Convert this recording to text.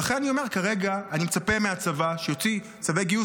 ולכן אני אומר: כרגע אני מצפה מהצבא שיוציא צווי גיוס